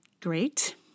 great